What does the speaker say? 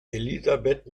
elisabeth